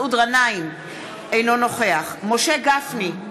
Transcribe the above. אינו נוכח משה גפני,